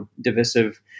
divisive